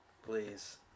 Please